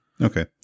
Okay